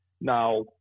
Now